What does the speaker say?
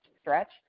stretch